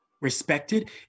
respected